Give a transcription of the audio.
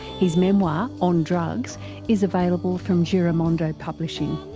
his memoir on drugs is available from giramondo publishing.